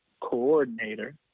coordinator